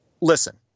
Listen